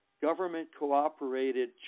government-cooperated